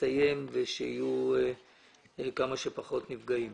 תסתיים ויהיו כמה שפחות נפגעים.